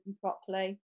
properly